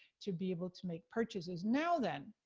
to be able to make purchases. now then,